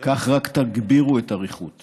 כך רק תגבירו את הריחוק.